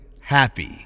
happy